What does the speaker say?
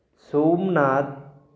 Somnath